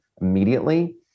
immediately